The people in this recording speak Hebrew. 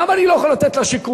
למה אני לא יכול לתת לשיכון?